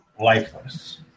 lifeless